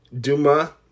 Duma